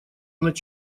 над